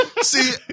See